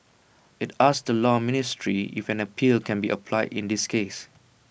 IT asked the law ministry if an appeal can be applied in this case